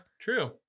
True